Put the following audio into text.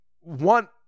want